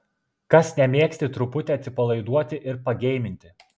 kas nemėgsti truputį atsipalaiduoti ir pageiminti